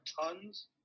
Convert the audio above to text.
tons